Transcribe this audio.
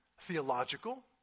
theological